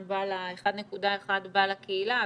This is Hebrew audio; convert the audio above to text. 1.1 בא לקהילה,